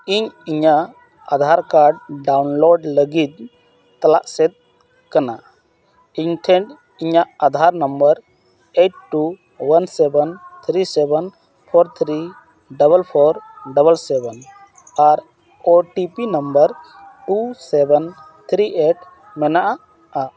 ᱤᱧ ᱤᱧᱟᱹᱜ Aadhaar card download ᱞᱟᱹᱜᱤᱫ ᱪᱟᱞᱟᱜ ᱥᱮᱫ ᱠᱟᱱᱟ ᱤᱧᱴᱷᱮᱱ ᱤᱧᱟᱹᱜ Aadhaar number eight two one seven three seven four three double four double seven ᱟᱨ O T P number two seven three eight ᱢᱮᱱᱟᱜᱼᱟ